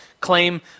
claim